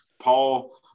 paul